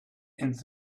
and